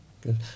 Good